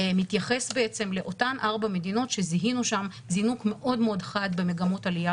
מתייחס לאותן ארבע מדינות שזיהינו שם זינוק מאוד-מאוד חד במגמות עלייה